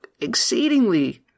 exceedingly